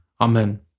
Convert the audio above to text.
Amen